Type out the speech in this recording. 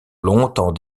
longtemps